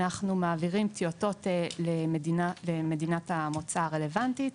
אנחנו מעבירים טיוטות למדינת המוצא הרלוונטית,